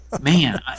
man